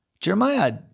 Jeremiah